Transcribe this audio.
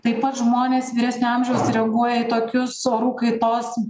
taip pat žmonės vyresnio amžiaus reaguoja į tokius orų kaitos